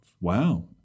Wow